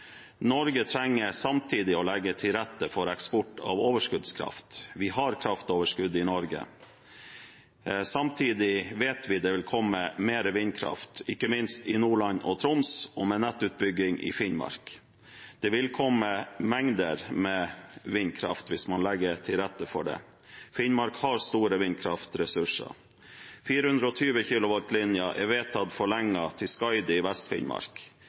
Norge trenger samtidig å legge til rette for eksport av overskuddskraft. Vi har kraftoverskudd i Norge. Samtidig vet vi at det vil komme mer vindkraft, ikke minst i Nordland og Troms og med nettutbygging i Finnmark. Det vil komme mengder med vindkraft hvis man legger til rette for det. Finnmark har store vindkraftressurser. 420 kWh-linja er vedtatt forlenget til Skaidi i